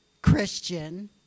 Christian